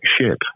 ship